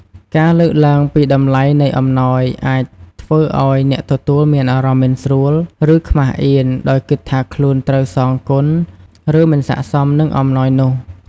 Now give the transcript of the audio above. ការលើកឡើងពីតម្លៃនៃអំណោយ អាចធ្វើឲ្យអ្នកទទួលមានអារម្មណ៍មិនស្រួល ឬខ្មាសអៀន ដោយគិតថាខ្លួនត្រូវសងគុណ ឬមិនស័ក្តិសមនឹងអំណោយនោះ។